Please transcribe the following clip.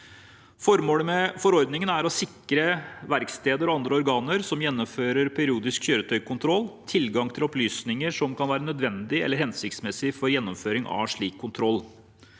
forordningen er å sikre verksteder og andre organer som gjennomfører periodisk kjøretøykontroll, tilgang til opplysninger som kan være nødvendige eller hensiktsmessige for gjennomføring av slik kontroll.